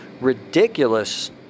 ridiculous